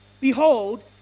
Behold